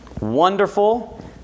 wonderful